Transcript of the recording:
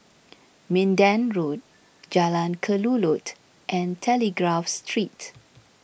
Minden Road Jalan Kelulut and Telegraph Street